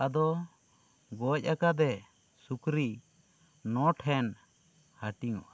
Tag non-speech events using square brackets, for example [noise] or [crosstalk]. ᱟᱫᱚ ᱜᱚᱡ ᱟᱠᱟᱫᱮ ᱥᱩᱠᱨᱤ ᱱᱚ ᱴᱷᱮᱱ ᱦᱟᱹᱴᱤᱝᱼ [unintelligible]